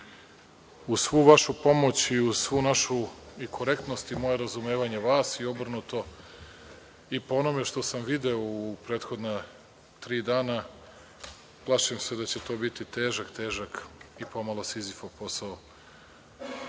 uz svu vašu pomoć i uz svu našu korektnost i moje razumevanje vas i obrnuto i po onome što sam video u prethodna tri dana, to biti težak i pomalo Sizifov posao